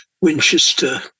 Winchester